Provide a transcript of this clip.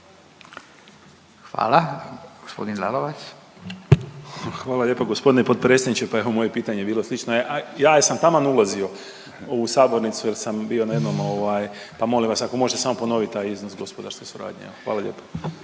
**Lalovac, Boris (SDP)** Hvala lijepa gospodine potpredsjedniče. Pa evo i moje pitanje je bilo slično. Ja sam taman ulazio u sabornicu jer sam bio na jednom ovaj, pa molim vas ako možete samo ponoviti taj iznos gospodarske suradnje. Hvala lijepa.